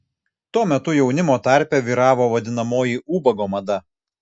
tuo metu jaunimo tarpe vyravo vadinamoji ubago mada